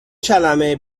کلمه